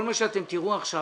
כל מה שאתם תראו עכשיו,